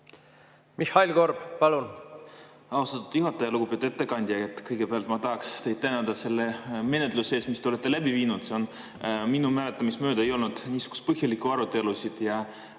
Mihhail Korb, palun! Austatud juhataja! Lugupeetud ettekandja! Kõigepealt ma tahaksin teid tänada selle menetluse eest, mis te olete läbi viinud. Minu mäletamist mööda ei ole olnud niisuguseid põhjalikke arutelusid ja